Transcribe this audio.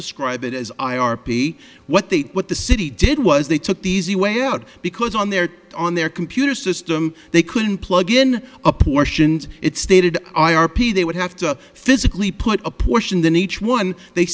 describe it as i r p what they what the city did was they took the easy way out because on their on their computer system they couldn't plugin apportioned it stated i r p they would have to physically put a push in than each one they